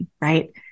right